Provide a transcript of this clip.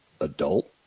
adult